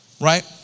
right